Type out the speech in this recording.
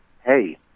hey